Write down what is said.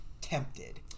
tempted